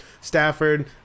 Stafford